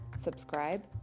subscribe